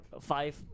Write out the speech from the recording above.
five